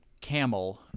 camel